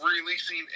releasing